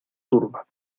turba